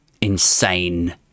insane